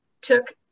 took